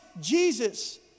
Jesus